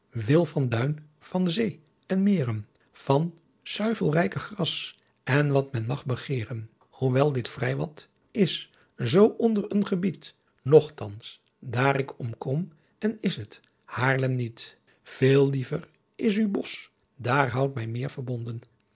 van zee en meeren van t suyvelrycke gras en wat men mag begeeren hoewel dit vry wat is soo onder een gebiedt nochtans daar ick om koom en isset haarlem niet veel liever is u bosch dat houd mij meer verbonden